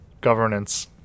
governance